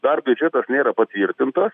dar biudžetas nėra patvirtintas